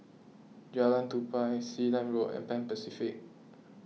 Jalan Tupai Sealand Road and Pan Pacific